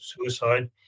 suicide